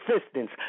assistance